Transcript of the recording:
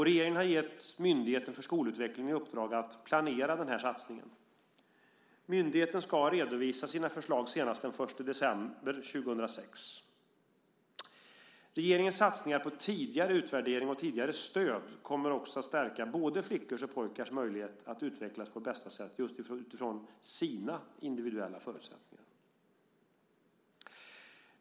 Regeringen har gett Myndigheten för skolutveckling i uppdrag att planera denna satsning. Myndigheten ska redovisa sina förslag senast den 1 december 2006. Regeringens satsningar på tidigare utvärdering och tidigare stöd kommer också att stärka både flickors och pojkars möjlighet att utvecklas på bästa sätt utifrån just sina individuella förutsättningar.